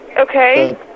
Okay